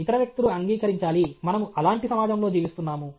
ఇతర వ్యక్తులు అంగీకరించాలి మనము అలాంటి సమాజంలో జీవిస్తున్నాము